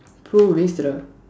throw waste lah